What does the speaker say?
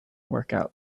workout